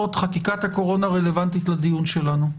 חקיקת הקורונה רלוונטית לדיון שלנו.